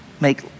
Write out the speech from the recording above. make